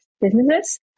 businesses